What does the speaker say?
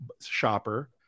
shopper